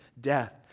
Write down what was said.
death